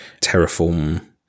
Terraform